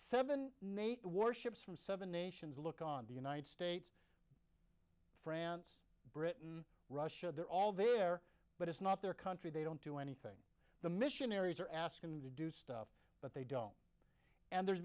seven nate warships from seven nations look on the united states france britain russia they're all there but it's not their country they don't do anything the missionaries are asking them to do stuff but they don't and there's